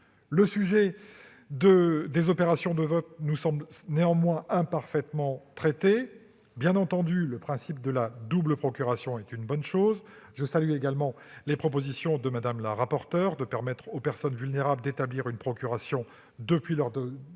La question des opérations de vote nous semble néanmoins imparfaitement traitée. Bien entendu, le principe de la double procuration est une bonne chose, et je salue également la proposition de Mme la rapporteure visant à permettre aux personnes vulnérables d'établir une procuration depuis leur domicile